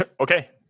Okay